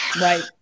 right